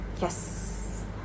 yes